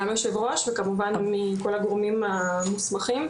היושב ראש וכמובן כל הגורמים המוסמכים,